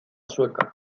sueca